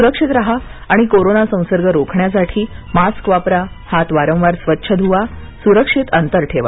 सुरक्षित राहा आणि कोरोना संसर्ग रोखण्यासाठी मास्क वापरा हात वारंवार स्वच्छ धुवा सुरक्षित अंतर ठेवा